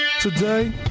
Today